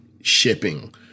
shipping